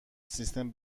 سیستم